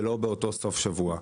ולא באותו סוף שבוע.